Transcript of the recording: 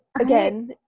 again